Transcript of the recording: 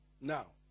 now